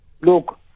Look